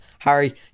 Harry